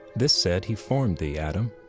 this said, he formed thee, adam,